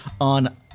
on